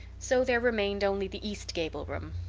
so there remained only the east gable room.